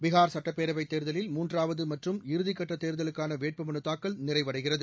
பீகார் சட்டப்பேரவைத் தேர்தலில் மூன்றாவது மற்றும் இறுதிக்கட்ட தேர்தலுக்கான வேட்புமனு தாக்கல் நிறைவடைகிறது